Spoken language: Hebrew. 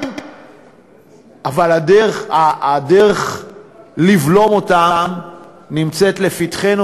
אבל הדרך לבלום אותם נמצאת לפתחנו,